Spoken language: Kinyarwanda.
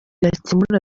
yakemura